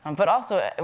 um but also, and